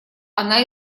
она